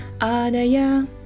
Adaya